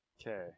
okay